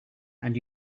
and